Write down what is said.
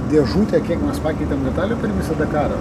dėžutę kiek mes pakeitėm detalių per visą dakarą